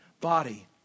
body